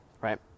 right